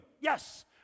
Yes